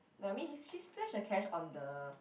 like I mean he she splash the cash on the